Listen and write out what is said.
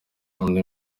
undi